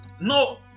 No